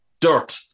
dirt